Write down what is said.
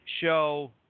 show